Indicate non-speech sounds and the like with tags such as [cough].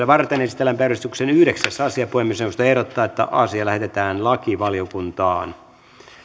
[unintelligible] varten esitellään päiväjärjestyksen yhdeksäs asia puhemiesneuvosto ehdottaa että asia lähetetään lakivaliokuntaan